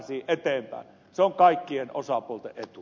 se on kaikkien osapuolten etu